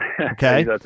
Okay